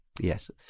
Yes